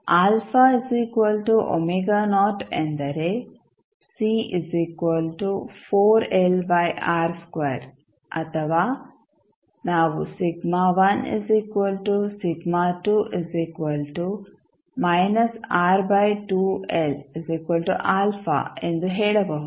ಎಂದರೆ ಅಥವಾ ನಾವು ಎಂದು ಹೇಳಬಹುದು